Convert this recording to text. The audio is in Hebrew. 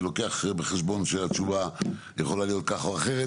אני לוקח בחשבון שהתשובה יכולה להיות כך או אחרת